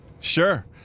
Sure